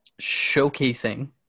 showcasing